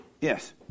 Yes